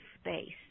space